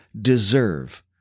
deserve